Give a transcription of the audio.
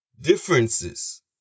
differences